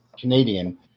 Canadian